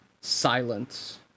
Silence